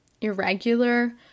irregular